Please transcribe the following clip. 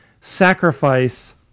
sacrifice